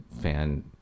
fan